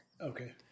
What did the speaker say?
okay